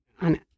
on